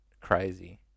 crazy